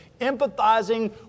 Empathizing